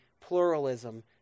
pluralism